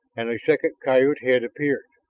and a second coyote head appeared.